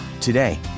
Today